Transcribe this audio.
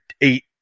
eight